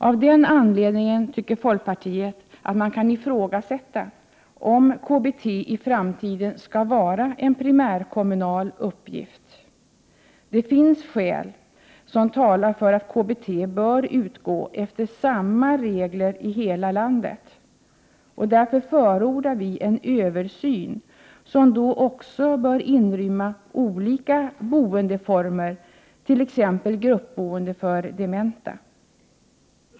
Av den anledningen tycker folkpartiet att man kan ifrågasätta om KBT i framtiden skall vara en primärkommunal uppgift. Det finns skäl som talar för att KBT bör utgå efter samma regler i hela landet. Därför förordar vi en översyn som också bör inrymma olika former av gruppboende för dementa.